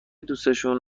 دوسشون